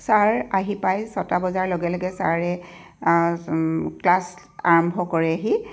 sir আহি পায় ছটা বজাৰ লগে লগে ছাৰে ক্লাছ আৰম্ভ কৰেহি